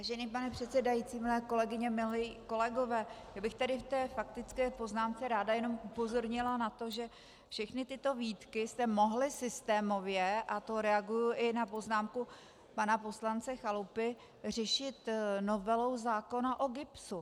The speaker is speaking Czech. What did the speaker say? Vážený pane předsedající, milé kolegyně, milí kolegové, já bych tady ve faktické poznámce ráda jenom upozornila na to, že všechny tyto výtky jste mohli systémově a to reaguji i na poznámku pana poslance Chalupy řešit novelou zákona o GIBSu.